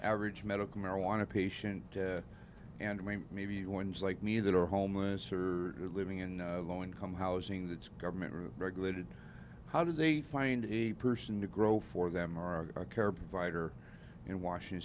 average medical marijuana patient and me maybe ones like me that are homeless or living in low income housing that's government regulated how do they find the person to grow for them our care provider in washington